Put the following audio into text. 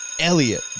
Elliot